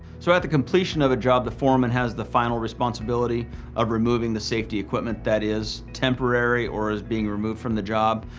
so at the completion of a job, the foreman has the final responsibility of removing the safety equipment that is temporary or is being removed from the job,